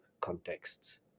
contexts